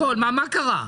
מה קרה?